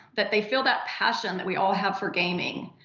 that they feel that passion that we all have for gaming.